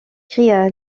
cria